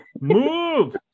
move